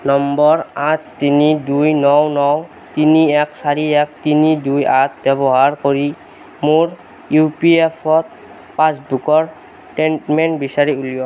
number আঠ তিনি দুই ন ন তিনি এক চাৰি এক তিনি দুই আঠ ব্যৱহাৰ কৰি মোৰ ই পি এফ অ' পাছবুকৰ ষ্টেটমেণ্ট বিচাৰি উলিয়াওক